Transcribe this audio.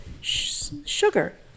sugar